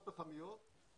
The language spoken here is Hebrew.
המדינה מרוויחה מזה גם כסף,